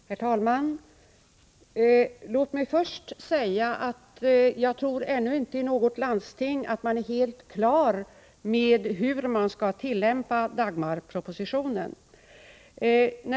Herr talman! Låt mig först säga att jag inte tror att man i något landsting är helt klar ännu med tillämpningen av Dagmarpropositionen.